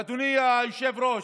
ואדוני היושב-ראש,